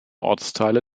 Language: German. ortsteile